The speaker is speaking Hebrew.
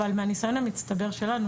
אבל מהניסיון המצטבר שלנו,